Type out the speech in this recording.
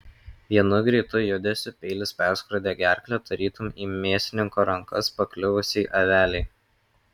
vienu greitu judesiu peilis perskrodė gerklę tarytum į mėsininko rankas pakliuvusiai avelei